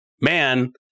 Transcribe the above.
Man